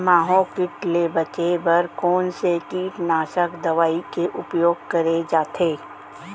माहो किट ले बचे बर कोन से कीटनाशक दवई के उपयोग करे जाथे?